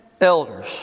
elders